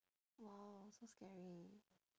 !wow! so scary